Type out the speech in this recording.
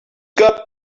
got